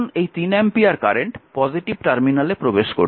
এখন এই 3 ampere current positive টার্মিনালে প্রবেশ করছে